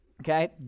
okay